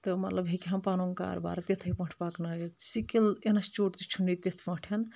تہٕ مطلب ہیٚکہٕ ہن پَنُن کاربار تِتھٕے پٲٹھۍ پَکنٲیِتھ سِکِل اِنَسچوٗٹ تہِ چھُنہٕ تِتھ پٲٹھۍ